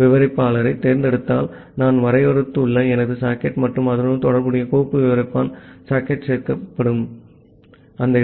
விவரிப்பாளரைத் தேர்ந்தெடுத்தால் நான் வரையறுத்துள்ள எனது சாக்கெட் மற்றும் அதனுடன் தொடர்புடைய கோப்பு விவரிப்பான் சாக்கெட் சேர்க்கப்படும் இடத்தில்